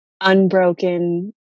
unbroken